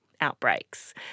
outbreaks